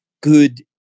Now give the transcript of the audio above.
good